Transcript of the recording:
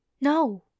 No